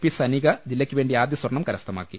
P സനിക ജില്ലയ്ക്കുവേണ്ടി ആദ്യ സ്വർണം കരസ്ഥ മാക്കി